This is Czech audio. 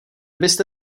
byste